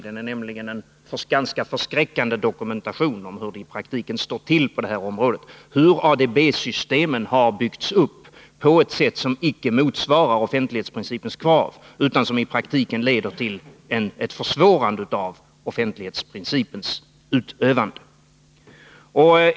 Den är nämligen en ganska förskräckande dokumentation av hur det i praktiken står till på det här området. Den visar att ADB-systemen har byggts upp på ett sätt som icke motsvarar offentlighetsprincipens krav utan som i praktiken leder till ett försvårande av offentlighetsprincipens utövande.